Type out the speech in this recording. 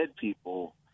people